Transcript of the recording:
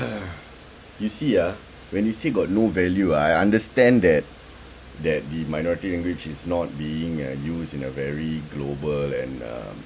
you see ah when you say got no value I understand that that the minority language is not being uh used in a very global and uh